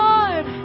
Lord